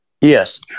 Yes